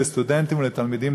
לסטודנטים ולתלמידים,